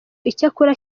icyakora